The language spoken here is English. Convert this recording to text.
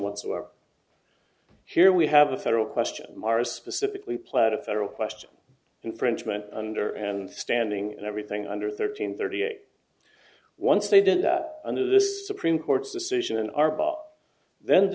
whatsoever here we have a federal question mara specifically played a federal question infringement under and standing and everything under thirteen thirty eight once they did under this supreme court's decision